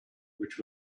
which